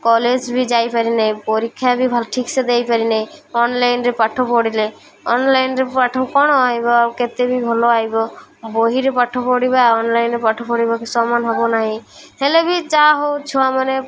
college ବି ଯାଇପାରି ନାହିଁ ପରୀକ୍ଷା ବି ଭଲ ଠିକ୍ ସେ ଦେଇପାରି ନାହିଁ ଅନ୍ଲାଇନ୍ରେ ପାଠ ପଢ଼ିଲେ ଅନ୍ଲାଇନ୍ରେ ପାଠ କ'ଣ ଆସିବ ଆଉ କେତେ ବି ଭଲ ଆସିବ ବହିରେ ପାଠ ପଢ଼ିବା ଅନ୍ଲାଇନ୍ରେ ପାଠ ପଢ଼ିବା କି ସମାନ ହବ ନାହିଁ ହେଲେ ବି ଯାହା ହଉ ଛୁଆମାନେ